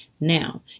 Now